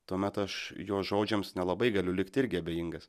tuomet aš jo žodžiams nelabai galiu likt irgi abejingas